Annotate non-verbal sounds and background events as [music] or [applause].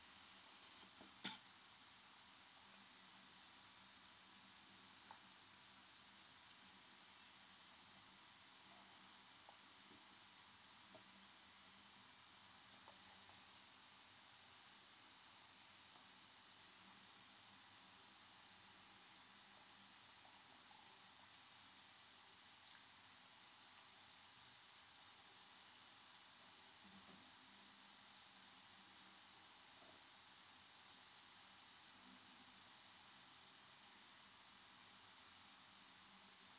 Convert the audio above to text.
[coughs]